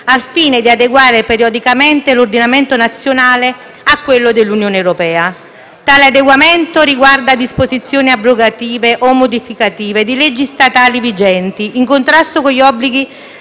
al fine di adeguare periodicamente l'ordinamento nazionale a quello dell'Unione europea. Tale adeguamento riguarda disposizioni abrogative o modificative di leggi statali vigenti in contrasto con gli obblighi